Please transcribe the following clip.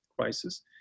crisis